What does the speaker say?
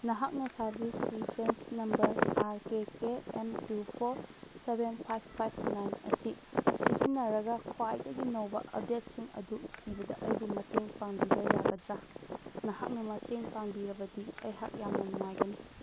ꯅꯍꯥꯛꯅ service reference number R K K M two four seven five five nine ꯑꯁꯤ ꯁꯤꯖꯤꯟꯅꯔꯒ ꯈ꯭ꯋꯥꯏꯗꯒꯤ ꯅꯧꯕ ꯑꯞꯗꯦꯠꯁꯤꯡ ꯑꯗꯨ ꯊꯤꯕꯗ ꯑꯩꯕꯨ ꯃꯇꯦꯡ ꯄꯥꯡꯕꯤꯕ ꯌꯥꯒꯗ꯭ꯔꯥ ꯅꯍꯥꯛꯅ ꯃꯇꯦꯡ ꯄꯥꯡꯕꯤꯔꯕꯗꯤ ꯑꯩꯍꯥꯛ ꯌꯥꯝꯅ ꯅꯨꯡꯉꯥꯏꯒꯅꯤ